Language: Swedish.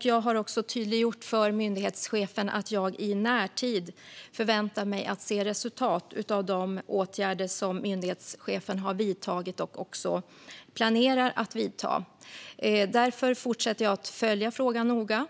Jag har också tydliggjort för myndighetschefen att jag i närtid förväntar mig att se resultat av de åtgärder som myndighetschefen har vidtagit och planerar att vidta. Därför fortsätter jag att följa frågan noga.